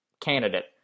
candidate